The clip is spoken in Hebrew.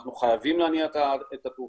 אנחנו חייבים להניע את התעופה,